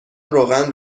روغن